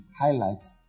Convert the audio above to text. highlights